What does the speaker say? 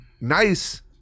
nice